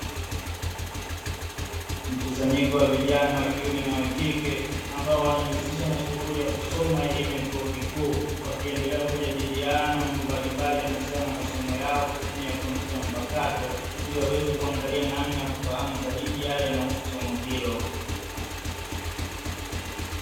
Mkusanyiko wa vijana wa kiume na wa kike ambao wanajihusuisha na shughuli ya kusoma elimu ya chuo kikuu, wakiendelea kujadiliana mambo mbalimbali yanayohusiana na masomo yao kwa kutumia kompyuta mpakato, ili waweze kuangalia namna ya kufahamu zaidi yale yanayohusu somo hilo.